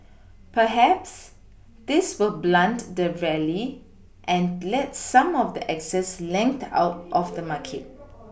perhaps this will blunt the rally and let some of the excess length out of the market